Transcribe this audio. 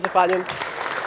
Zahvaljujem.